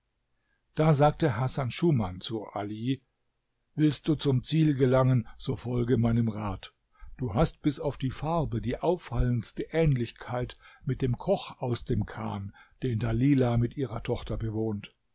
da sagte hasan schuman zu all willst du zum ziel gelangen so folge meinem rat du hast bis auf die farbe die auffallendste ähnlichkeit mit dem koch aus dem chan den dalilah mit ihrer tochter bewohnt